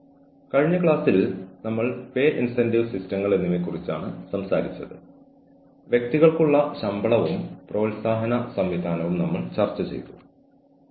ബുദ്ധിമുട്ടുള്ള ജീവനക്കാരെ കൈകാര്യം ചെയ്യുക എന്ന വിഷയമാണ് ഞങ്ങൾ കൈകാര്യം ചെയ്തു കൊണ്ടിരുന്നത്